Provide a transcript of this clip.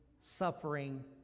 suffering